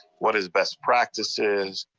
what is best practices,